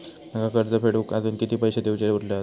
माका कर्ज फेडूक आजुन किती पैशे देऊचे उरले हत?